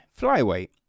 flyweight